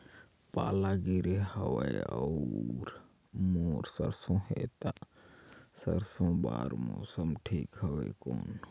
पाला गिरे हवय अउर मोर सरसो हे ता सरसो बार मौसम ठीक हवे कौन?